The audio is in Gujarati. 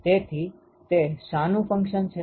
તેથી તે શાનું ફંક્શન છે